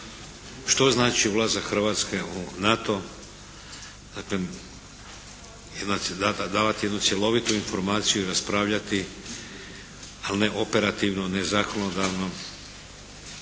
što znači ulazak Hrvatske u NATO. Dakle, davati jednu cjelovitu informaciju i raspravljati ali ne operativno, ne zakonodavno.